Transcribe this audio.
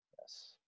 Yes